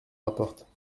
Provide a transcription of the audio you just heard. rapporte